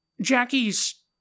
Jackie's